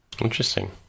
interesting